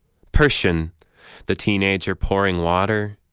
persian the teenager pouring water,